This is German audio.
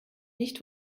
nicht